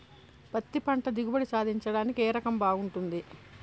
పత్తి పంట దిగుబడి సాధించడానికి ఏ రకం బాగుంటుంది?